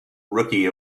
rookie